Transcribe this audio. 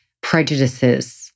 prejudices